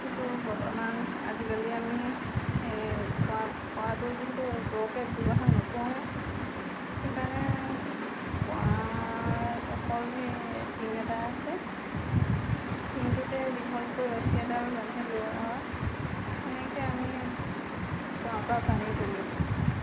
কিন্তু বৰ্তমান আজিকালি আমি এই সেই কুঁৱা কুঁৱাটোৰ যিহেতু বৰকৈ ব্যৱহাৰ নকৰোৱেই সেইকাৰণে কুঁৱাত অকল সেই টিং এটা আছে টিংটোতে দীঘলকৈ ৰছী এডাল বান্ধি লওঁ আৰু সেনেকৈয়ে আমি কুঁৱাৰপৰা পানী তোলো